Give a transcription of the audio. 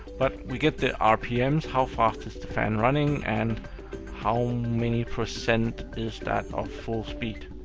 but we get the rpms, how fast is the fan running and how many percent is that of full speed.